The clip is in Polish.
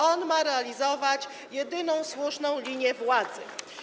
On ma realizować jedyną słuszną linię władzy.